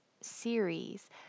series